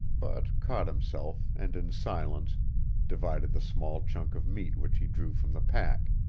but caught himself and in silence divided the small chunk of meat which he drew from the pack,